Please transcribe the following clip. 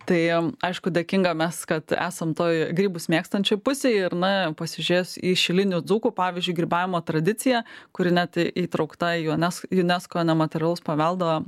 tai aišku dėkinga mes kad esam toj grybus mėgstančioj pusėj ir na pasižiūrėjus į šilinių dzūkų pavyzdžiui grybavimo tradiciją kuri net įtraukta į junes junesko nematerialaus paveldo